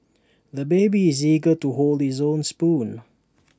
the baby is eager to hold his own spoon